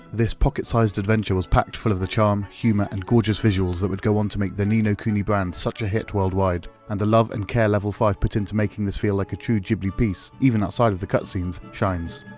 this pocket-sized adventure was packed full of the charm, humour, and gorgeous visuals that would go on to make the ni no kuni brand such a hit worldwide and the love and care level five put into making this feel like a true ghibli piece even outside of the cutscenes shines.